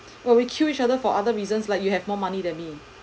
while we kill each other for other reasons like you have more money than me